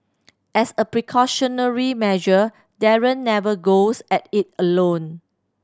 as a precautionary measure Darren never goes at it alone